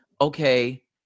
okay